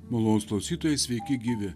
malonūs klausytojai sveiki gyvi